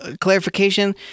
clarification